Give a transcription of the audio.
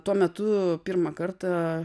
tuo metu pirmą kartą